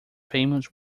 famous